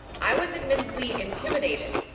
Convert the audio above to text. i was admittedly intimidated.